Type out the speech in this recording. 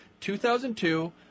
2002